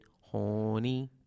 horny